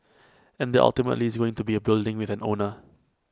and that ultimately is going to be A building with an owner